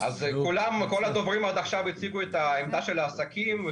כל הדוברים עד עכשיו הציגו את העמדה של העסקים,